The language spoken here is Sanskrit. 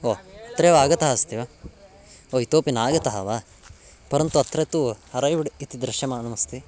ओ अत्रैव आगतः अस्ति वा ओ इतोपि नागतः वा परन्तु अत्र तु अरैव्ड् इति दृश्यमानमस्ति